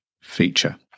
feature